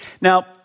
Now